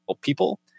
people